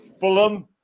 Fulham